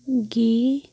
ꯒꯤ